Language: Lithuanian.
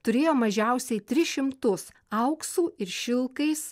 turėjo mažiausiai tris šimtus auksų ir šilkais